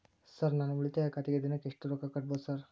Sir ನಾನು ಉಳಿತಾಯ ಖಾತೆಗೆ ದಿನಕ್ಕ ಎಷ್ಟು ರೊಕ್ಕಾ ಕಟ್ಟುಬಹುದು ಸರ್?